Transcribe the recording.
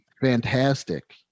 fantastic